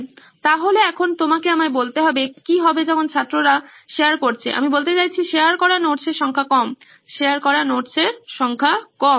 সুতরাং এখন তোমাকে আমায় বলতে হবে কি হবে যখন ছাত্ররা শেয়ার করছে আমি বলতে চাইছি শেয়ার করা নোটস এর সংখ্যা কম শেয়ার করা নোটস এর সংখ্যা কম